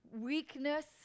weakness